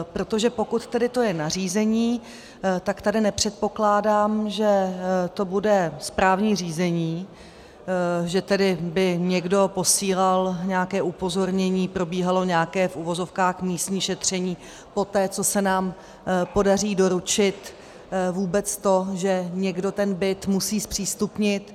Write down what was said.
Protože pokud to tedy je nařízení, tak tady nepředpokládám, že to bude správní řízení, že tedy by někdo posílal nějaké upozornění, probíhalo nějaké místní šetření poté, co se nám podaří doručit vůbec to, že někdo ten byt musí zpřístupnit.